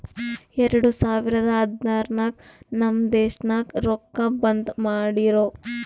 ಎರಡು ಸಾವಿರದ ಹದ್ನಾರ್ ನಾಗ್ ನಮ್ ದೇಶನಾಗ್ ರೊಕ್ಕಾ ಬಂದ್ ಮಾಡಿರೂ